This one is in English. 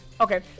Okay